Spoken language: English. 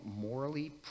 morally